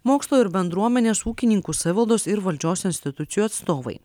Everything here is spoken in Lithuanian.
mokslo ir bendruomenės ūkininkų savivaldos ir valdžios institucijų atstovai